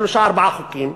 ויש שלושה-ארבעה חוקים,